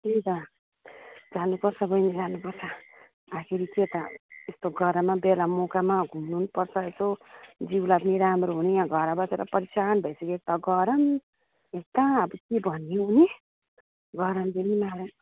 त्यही त जानुपर्छ बहिनी जानुपर्छ आखिरी के त यस्तो गरममा बेला मौकामा घुम्नु पनि पर्छ यसो जिउ लाई पनि राम्रो हुने घर बसेर परेसान भइसकेको छ गरम यहाँ कहाँ अब के भन्ने हौ नि गरम पनि